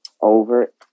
Over